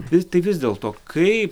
vis tai vis dėl to kaip